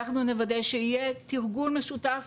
אנחנו נוודא שיהיה תרגול משותף,